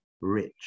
rich